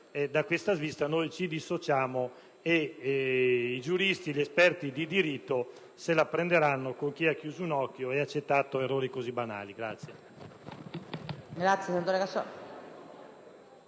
chiamare - noi ci dissociamo. I giuristi e gli esperti di diritto se la prenderanno con chi ha chiuso un occhio e accettato errori così banali.